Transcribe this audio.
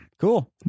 Cool